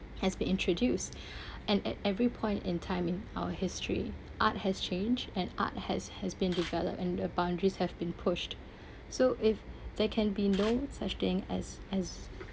has been introduced and at every point in time in our history art has changed and art has has been developed and the boundaries have been pushed so if there can be no such thing as as